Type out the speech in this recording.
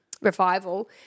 revival